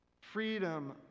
Freedom